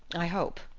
i hope.